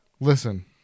listen